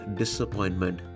disappointment